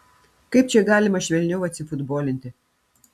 kaip čia galima švelniau atsifutbolinti